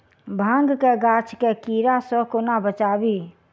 भांग केँ गाछ केँ कीड़ा सऽ कोना बचाबी?